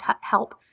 help